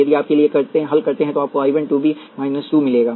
तो यदि आप इसके लिए हल करते हैं तो आपको I 1 to be 2 एम्पीयर मिलेगा